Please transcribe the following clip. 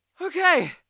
Okay